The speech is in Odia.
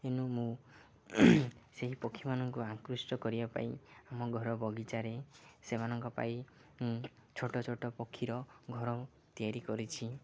ଏନୁ ମୁଁ ସେହି ପକ୍ଷୀମାନଙ୍କୁ ଆକୃଷ୍ଟ କରିବା ପାଇଁ ଆମ ଘର ବଗିଚାରେ ସେମାନଙ୍କ ପାଇଁ ଛୋଟ ଛୋଟ ପକ୍ଷୀର ଘର ତିଆରି କରିଛି